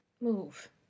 move